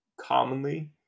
commonly